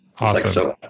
Awesome